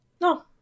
No